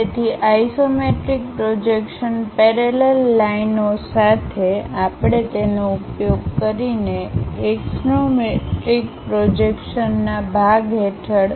તેથી isometric projection parallel line ઓ સાથે આપણે તેનો ઉપયોગ કરીને એકસોનોમેટ્રિક પ્રોજેક્શન ના ભાગ હેઠળ આવે છે